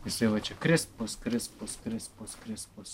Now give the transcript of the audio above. jisai va čia kris pus kris pus kris pus kris pus